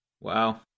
Wow